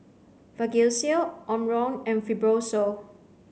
Vagisil Omron and Fibrosol